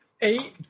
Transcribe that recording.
Eight